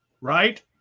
Right